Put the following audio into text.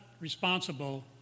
responsible